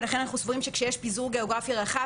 לכן אנחנו סבורים שכשיש פיזור גיאוגרפי רחב